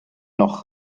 noch